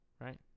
right